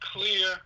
Clear